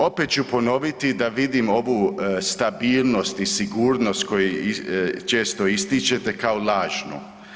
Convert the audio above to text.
Opet ću ponoviti da vidim ovu stabilnost i sigurnost koji često ističete kao lažnu.